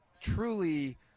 truly